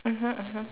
mmhmm mmhmm